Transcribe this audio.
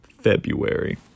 February